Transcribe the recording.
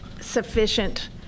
sufficient